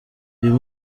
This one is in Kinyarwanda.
uyu